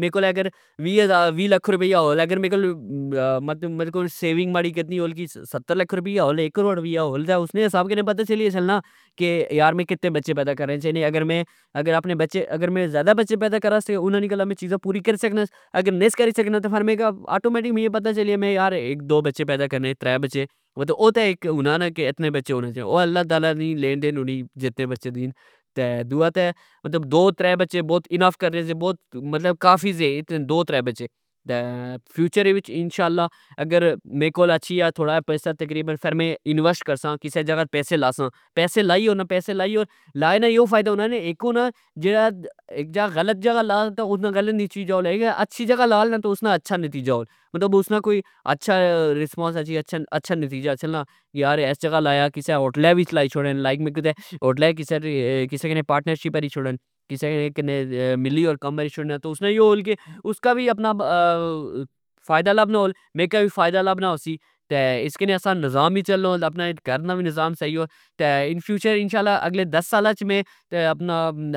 میرے کول اگر وی لکھ رپیا ہو اگر ماڑے کول سیونگ ماڑی کتنی ہون لگی ستر لکھ رپیاہواک کروڑ ہول تہ اسنے خساب نال پتا چلی گھچھنا نا کہ یار میں کتنے بچے پیدا کرنے چائی نے اگر میں اگر زئدا بچے پیدا کرا کہ زئری گل اہہ انا نی میں چیزاں پوری کری سکناس اگر نیس کری سکنا تہ فر میں آٹومیٹک می اے پتا چلی جئے یار میں اک دو بچے پیدا کرنے ترہ بچے او تہ اک ہونا نا کہ اتنے بچے ہونے او اللہ نی لین دین ہونی جتنے بچے دین دوا تہ مطلب دو ترہ بچے بوت اینف کرے سے مطلب بوت کافی سے انے دو ترہ بچے تہ فیوچر اچ انشااللہ اگر جہ تھوڑا پیسا تقیبن فر میں انویسٹ کرساں پیسے لائیپیسے لائی او نا پیسے لائی او نا لائے نا یو فئدا ہونا نااک ہونا اک غلت جا لاوانا غلت نتیجا ہونا اک اچھی جگہ لاو نا اسنا اچھا نتیجا مطلب اسنا کوئی اچھا رسپونس اچھن اچھا نتیجا اچھن لایا کسہ ہوٹلہ وچ لائی شوڑن لائک میں ہوٹلہ کسہ نال پارٹنر شپ کری شوڑن کسے نل ملی تہ کم کری شوڑن تہ اس نا یو ہون کہ اسکا وہ اپنا فائدا لبنا ہول مکئہ وہ فائدا لبنا ہوسی تہ اسکی نظام وی چلنا ہون اپنا کر نا وی نظام سہی ہو ان فیوچر انشااللہ اگلے دس سالا وچ میں